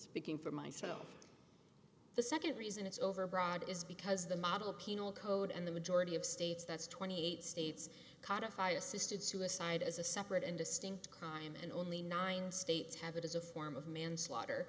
speaking for myself the second reason it's overbroad is because the model penal code and the majority of states that's twenty eight states codified assisted suicide as a separate and distinct crime and only nine states have it as a form of manslaughter